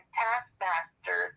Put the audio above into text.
taskmaster